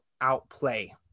outplay